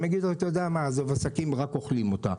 הם יגידו: עזוב, עסקים רק אוכלים אותה.